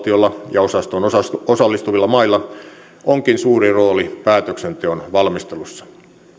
ja osastoon osallistuvilla mailla onkin suuri rooli päätöksenteon valmistelussa